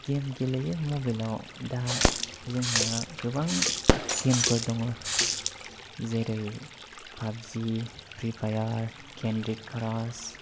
game गेलेयो मबाइलाव दा जोंहा गोबां गेमफोर दङ जेरै PUBG free fire candy crush